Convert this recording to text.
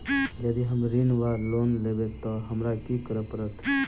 यदि हम ऋण वा लोन लेबै तऽ हमरा की करऽ पड़त?